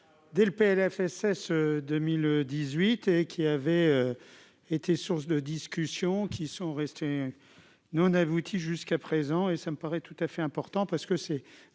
dès le PLFSS 2018 et qui avait été source de discussions qui sont restés nous abouti jusqu'à présent, et ça me paraît tout à fait important parce que c'est